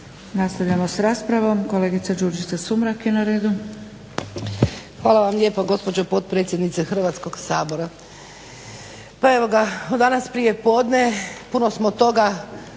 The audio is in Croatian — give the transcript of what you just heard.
Nastavljamo s raspravom kolegica Đurđica Sumrak je na redu. **Sumrak, Đurđica (HDZ)** Hvala vam lijepo gospođo potpredsjednice Hrvatskog sabora. Pa evo ga od danas prijepodne puno smo toga